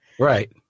Right